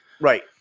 Right